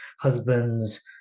husbands